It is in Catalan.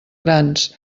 grans